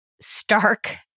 stark